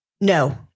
No